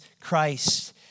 Christ